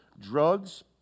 drugs